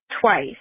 twice